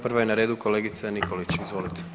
Prva je na redu kolegica Nikolić, izvolite.